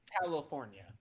California